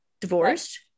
Divorced